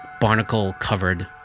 Barnacle-covered